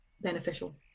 beneficial